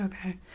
Okay